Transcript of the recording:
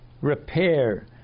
repair